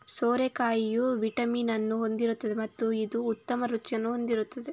ಸೋರೆಕಾಯಿಯು vitamin ಅನ್ನು ಹೊಂದಿರುತ್ತದೆ ಮತ್ತು ಇದು ಉತ್ತಮ ರುಚಿಯನ್ನು ಹೊಂದಿರುತ್ತದೆ